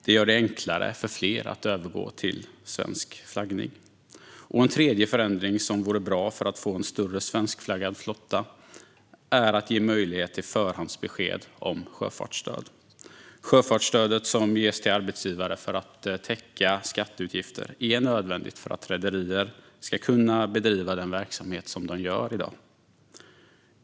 Det måste bli enklare för fler att gå över till svensk flaggning. En tredje förändring som vore bra för att få en större svenskflaggad flotta är att ge möjlighet till förhandsbesked om sjöfartsstöd. Sjöfartsstödet, som ges till arbetsgivare för att täcka skatteutgifter, är nödvändigt för att rederier ska kunna bedriva den verksamhet de i dag gör.